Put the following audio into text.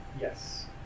Yes